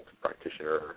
practitioner